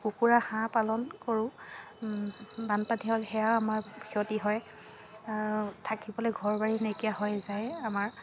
কুকুৰা হাঁহ পালন কৰোঁ বানপানী হ'লে সেয়াও আমাৰ ক্ষতি হয় থাকিবলৈ ঘৰ বাৰী নাইকিয়া হৈ যায় আমাৰ